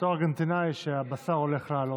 בתור ארגנטינאי, שהבשר הולך לעלות.